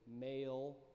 male